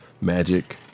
Magic